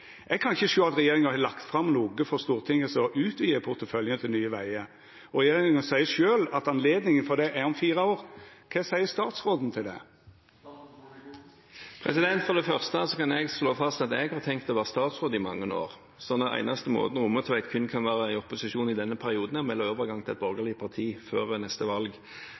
kan ikkje sjå at regjeringa har lagt fram noko for Stortinget som har utvida porteføljen til Nye Veier. Og regjeringa seier sjølv at anledninga for det er om fire år. Kva seier statsråden til det? For det første kan jeg slå fast at jeg har tenkt å være statsråd i mange år. Så den eneste måten Rommetveit kan være i opposisjon kun i denne perioden, er ved å melde overgang til et borgerlig parti før neste valg.